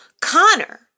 Connor